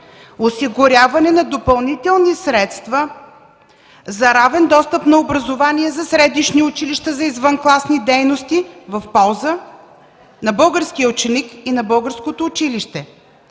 осигуряване на допълнителни средства за равен достъп на образование за средищни училища, за извънкласни дейности в полза на българския ученик и на българското училище.